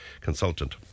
consultant